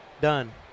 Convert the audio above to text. done